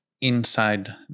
Inside